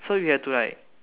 so you have to like